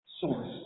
source